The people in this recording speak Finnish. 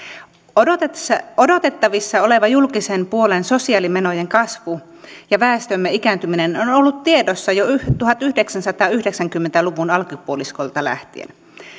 odotettavissa odotettavissa oleva julkisen puolen sosiaalimenojen kasvu ja väestömme ikääntyminen on on ollut tiedossa jo tuhatyhdeksänsataayhdeksänkymmentä luvun alkupuoliskolta lähtien